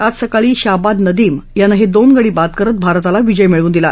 आज सकाळी शाबाद नदीम यानं हे दोन गडी बाद करत भारताला विजय मिळवून दिला